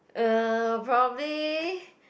uh probably